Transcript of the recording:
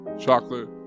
chocolate